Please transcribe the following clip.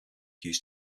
used